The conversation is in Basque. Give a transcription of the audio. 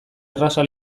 erraza